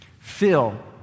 fill